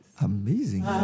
Amazing